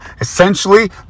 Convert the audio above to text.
Essentially